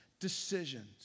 decisions